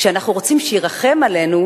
כשאנחנו רוצים שירחם עלינו,